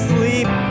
Sleep